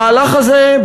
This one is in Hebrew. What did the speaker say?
המהלך הזה,